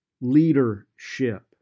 leadership